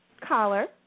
Caller